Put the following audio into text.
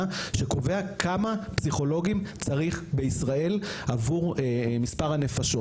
שקובע כמה פסיכולוגים צריך בישראל עבור מספר הנפשות.